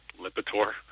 Lipitor